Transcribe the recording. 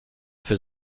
für